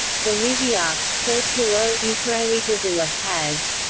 bolivia circulo israelita de la paz